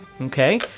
okay